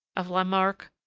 of lamarck,